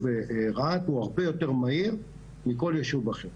רהט הוא הרבה יותר מהיר מכל ישוב אחר.